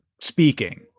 speaking